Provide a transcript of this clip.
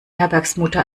herbergsmutter